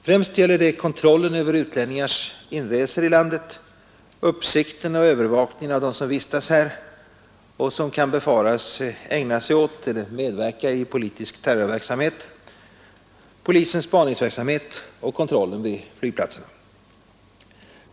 Främst gäller det kontrollen över utlänningars inresor i landet, uppsikten och övervakningen av dem som vistas här och som kan befaras ägna sig åt eller medverka i politisk terrorverksamhet, polisens spaningsverksamhet och kontrollen vid våra flygplatser.